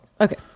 okay